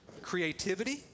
creativity